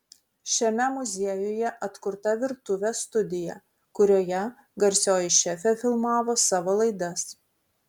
šiame muziejuje atkurta virtuvė studija kurioje garsioji šefė filmavo savo laidas